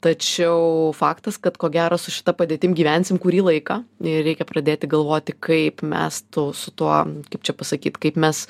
tačiau faktas kad ko gero su šita padėtim gyvensim kurį laiką ir reikia pradėti galvoti kaip mes tu su tuo kaip čia pasakyt kaip mes